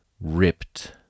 ripped